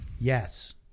yes